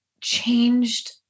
changed